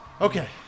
Okay